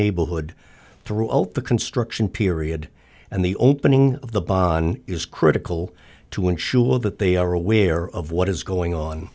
neighborhood throughout the construction period and the opening of the bonn is critical to ensure that they are aware of what is going on